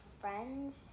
friends